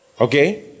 Okay